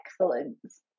excellence